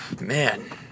man